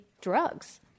drugs